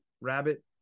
rabbit